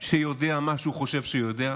שיודע מה שהוא חושב שהוא יודע,